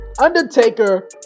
Undertaker